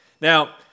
Now